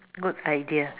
good idea